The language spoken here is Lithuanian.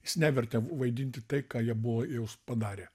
jis nevertė vaidinti tai ką jie buvo jau padarę